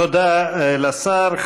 תודה לשר.